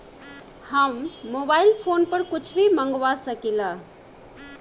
हम mobile phone पर कुछ भी मंगवा सकिला?